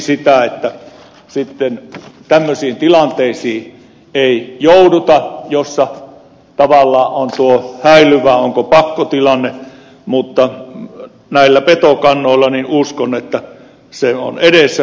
toivon toki sitä että tämmöisiin tilanteisiin ei jouduta joissa tavallaan on häilyvää onko pakkotilanne mutta näillä petokannoilla uskon että se on myös edessä